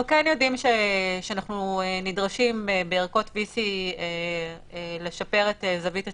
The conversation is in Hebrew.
אנחנו כן יודעים שאנחנו נדרשים בערכות VC לשפר את זווית הצילום,